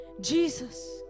Jesus